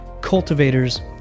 cultivators